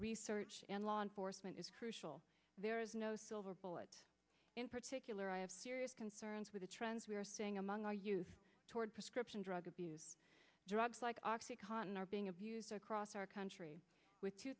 law enforcement is crucial there is no silver bullet in particular i have serious concerns with the trends we're seeing among our youth toward prescription drug abuse drugs like oxycontin are being abused across our country with two